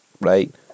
right